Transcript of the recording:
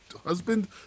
Husband